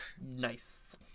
Nice